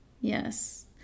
Yes